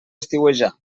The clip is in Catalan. estiuejar